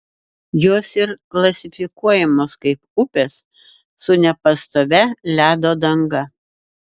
jos ir klasifikuojamos kaip upės su nepastovia ledo danga